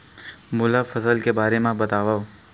मोला फसल के बारे म बतावव?